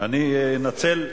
אני אנצל,